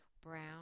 brown